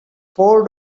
four